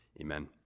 amen